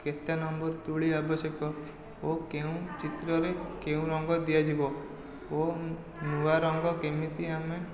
କେତେ ନମ୍ବର ତୁଳି ଆବଶ୍ୟକ ଓ କେଉଁ ଚିତ୍ରରେ କେଉଁ ରଙ୍ଗ ଦିଆଯିବ ଓ ନୂଆ ରଙ୍ଗ କେମିତି ଆମେ